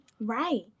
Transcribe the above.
right